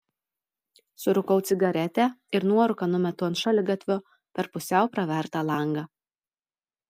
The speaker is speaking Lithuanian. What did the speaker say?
surūkau cigaretę ir nuorūką numetu ant šaligatvio per pusiau pravertą langą